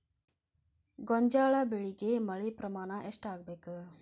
ಗೋಂಜಾಳ ಬೆಳಿಗೆ ಮಳೆ ಪ್ರಮಾಣ ಎಷ್ಟ್ ಆಗ್ಬೇಕ?